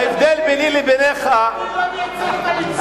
ההבדל ביני לבינך, אני לא מייצג את המגזר שלך.